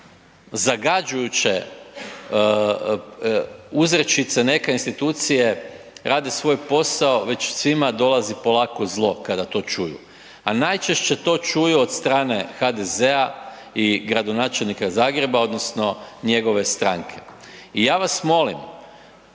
zagađujuće uzrečice, „Neka institucije rade svoj posao“, već svima dolazi polako zlo kada to čuju. A najčešće to čuju od strane HDZ-a i gradonačelnika Zagreba odnosno njegove stranke. I ja vas molim